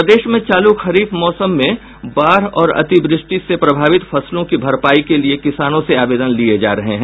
प्रदेश में चालू खरीफ मौसम में बाढ़ और अतिवृष्टि से प्रभावित फसलों की भरपाई के लिये किसानों से आवेदन लिये जा रहे हैं